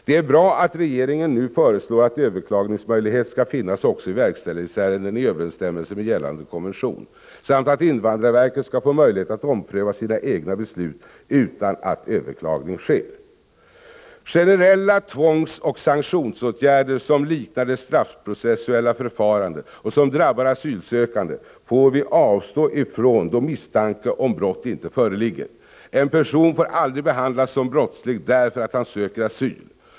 Det är bra att regeringen nu föreslår att överklagningsmöjlighet i överensstämmelse med gällande konvention skall finnas också i verkställighetsärenden samt att invandrarverket skall få möjlighet att ompröva sina egna beslut utan att överklagande sker. Generella tvångsoch sanktionsåtgärder som liknar det straffprocessuella förfarandet och som drabbar asylsökande får vi avstå ifrån då misstanke om brott inte föreligger. En person får aldrig behandlas som brottslig, därför att han söker asyl.